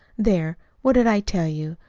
there! what did i tell you?